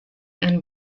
and